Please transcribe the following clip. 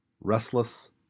restless